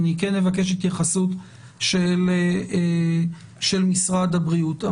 אני כן אבקש התייחסות של משרד הבריאות.